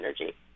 energy